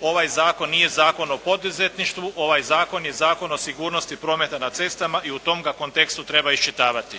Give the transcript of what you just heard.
ovaj zakon nije Zakon o poduzetništvu, ovaj zakon je Zakon o sigurnosti prometa na cestama i u tom ga kontekstu treba iščitavati.